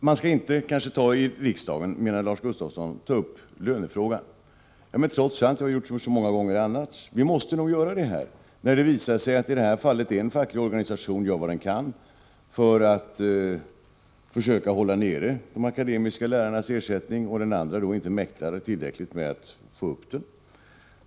Man skall kanske inte i riksdagen ta upp lönefrågan, menar Lars Gustafsson. Men vi måste nog göra det i det här fallet, när det visar sig att en facklig organisation gör vad den kan för att försöka hålla nere de akademiska lärarnas ersättning och den andra inte mäktar att få upp den tillräckligt.